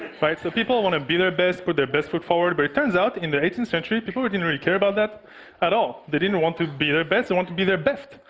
so people want to be their best, put their best foot forward. but it turns out in the eighteenth century, people didn't really care about that at all. they didn't want to be their best, they wanted to be their beft.